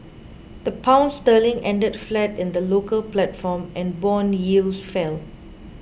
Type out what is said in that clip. the Pound sterling ended flat in the local platform and bond yields fell